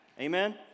Amen